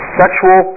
sexual